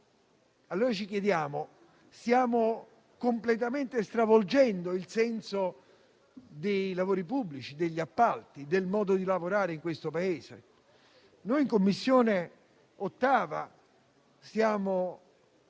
allora: stiamo completamente stravolgendo il senso dei lavori pubblici, degli appalti, del modo di lavorare in questo Paese? In 8a Commissione stiamo